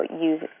use